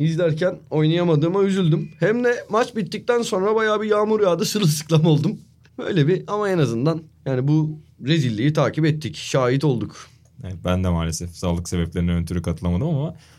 İzlerken oynayamadığıma üzüldüm. Hem de maç bittikten sonra bayağı bir yağmur yağdı, sırılsıklam oldum. Öyle bir- ama en azından yani bu rezilliği takip ettik, şahit olduk. Evet, ben de maalesef sağlık sebeplerinden ötürü katılamadım ama